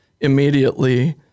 immediately